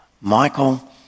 Michael